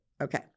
okay